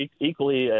equally